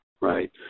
right